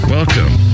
Welcome